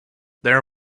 their